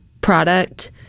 product